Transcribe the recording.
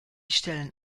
stellen